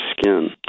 skin